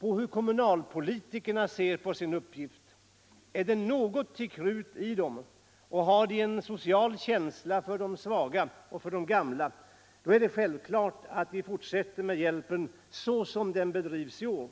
av hur kommunalpolitikerna ser på sin uppgift. Är det något av krut i dem och har de en social känsla för de svaga och för de gamla, så är det självklart att de fortsätter med hjälpen såsom den bedrivs i år.